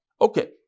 okay